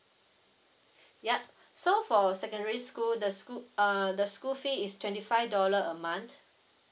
yup so for secondary school the school err the school fee is twenty five dollar a month